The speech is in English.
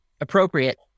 appropriate